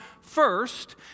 first